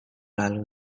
lalu